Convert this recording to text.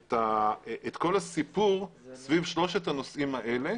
את כל הסיפור סביב שלושת הנושאים האלה